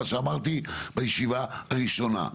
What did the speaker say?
מה שאמרתי בישיבה הראשונה.